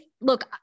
look